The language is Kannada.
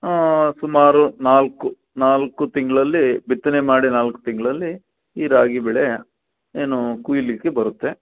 ಆ ಸುಮಾರು ನಾಲ್ಕು ನಾಲ್ಕು ತಿಂಗಳಲ್ಲಿ ಬಿತ್ತನೆ ಮಾಡಿ ನಾಲ್ಕು ತಿಂಗಳಲ್ಲಿ ಈ ರಾಗಿ ಬೆಳೆ ಏನು ಕುಯ್ಲಿಕ್ಕೆ ಬರುತ್ತೆ